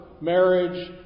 marriage